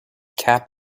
cap